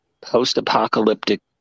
post-apocalyptic